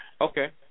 Okay